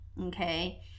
okay